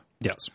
Yes